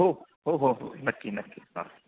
हो हो हो हो नक्की नक्की हां